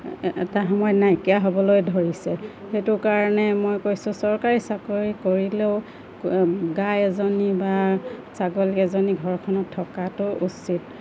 এটা সময় নাইকিয়া হ'বলৈ ধৰিছে সেইটো কাৰণে মই কৈছোঁ চৰকাৰী চাকৰি কৰিলেও গা এজনী বা ছাগলী এজনী ঘৰখনত থকাটো উচিত